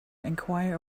enquire